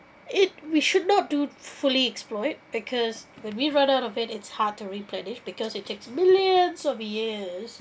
it we should not to fully exploit because when we run out of it it's hard to replenish because it takes millions of years